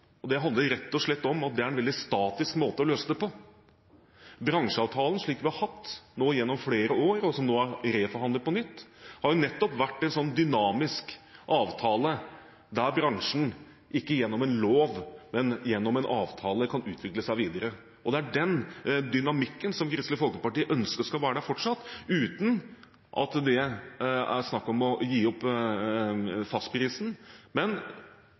og det handler rett og slett om at det er en veldig statisk måte å løse det på. Bransjeavtalen, slik vi har hatt nå gjennom flere år, og som nå er reforhandlet, har jo nettopp vært en sånn dynamisk avtale der bransjen ikke gjennom en lov, men gjennom en avtale kan utvikle seg videre. Det er den dynamikken Kristelig Folkeparti ønsker skal være der fortsatt, uten at det er snakk om å gi opp fastprisen. Men